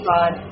God